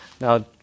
Now